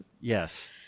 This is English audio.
Yes